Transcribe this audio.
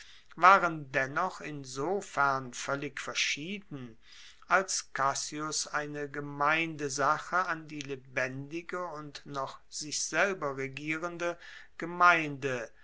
waren dennoch insofern voellig verschieden als cassius eine gemeindesache an die lebendige und noch sich selber regierende gemeinde